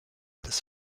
des